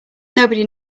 nobody